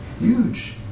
huge